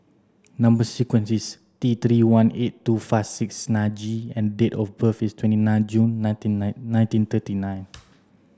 number sequence is T three one eight two five six nine G and date of birth is twenty nine June nineteen nine nineteen thirty nine